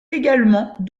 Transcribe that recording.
également